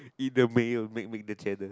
eat the mayo make make the channel